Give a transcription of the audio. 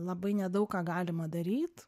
labai nedaug ką galima daryt